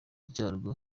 cyarwo